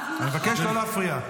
אני מבקש לא להפריע.